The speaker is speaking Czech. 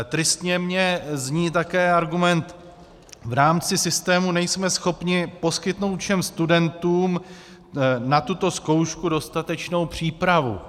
Tristně mi zní také argument: v rámci systému nejsme schopni poskytnout všem studentům na tuto zkoušku dostatečnou přípravu.